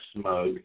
smug